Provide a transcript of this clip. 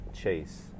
chase